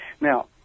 Now